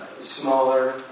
smaller